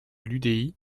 l’udi